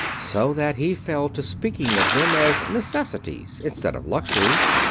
so that he fell to speaking of them as necessities instead of luxuries.